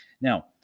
Now